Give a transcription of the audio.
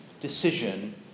decision